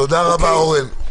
תודה רבה, אורן.